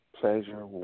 Pleasure